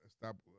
stop